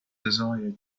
desire